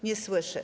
Nie słyszę.